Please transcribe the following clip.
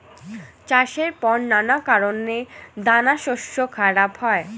চাষের পর নানা কারণে দানাশস্য খারাপ হয়